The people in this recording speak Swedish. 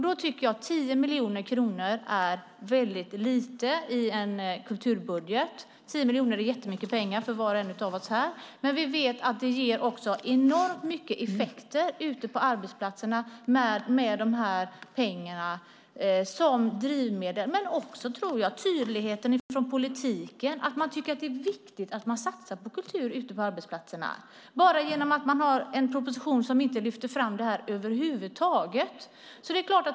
Då tycker jag att 10 miljoner kronor är väldigt lite i en kulturbudget. 10 miljoner är jättemycket pengar för var och en av oss här, men vi vet att dessa pengar som drivmedel ger enormt mycket effekt ute på arbetsplatserna. Tydligheten från politiken, att man menar att det är viktigt att satsa på kultur ute på arbetsplatserna, har betydelse. I propositionen lyfter man inte fram det här över huvud taget.